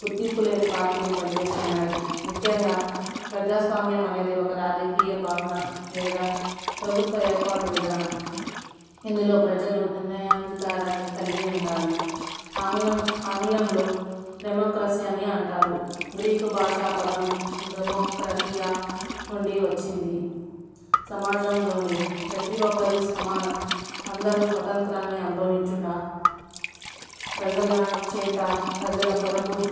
గుర్తింపు లేని పార్టీలు పనిచేస్తున్నాయి ముఖ్యంగా ప్రజాస్వామ్యం అనేది ఒక రాజకీయ భావన లేదా ప్రభుత్వ ఏర్పాటు విధానం ఇందులో ప్రజలు నిర్ణయాధికారాన్ని కలిగి ఉంటారు ఆంగ్లం ఆంగ్లంలో డెమోక్రసీ అని అంటారు గ్రీకు భాషా పదం డెమోక్రతియా నుండి వచ్చింది సమాజంలోని ప్రతి ఒక్కరు సమానం అందరు స్వతంత్రాన్ని అనుభవించుట ప్రజల చేత ప్రజల కొరకు